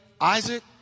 Isaac